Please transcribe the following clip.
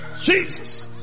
Jesus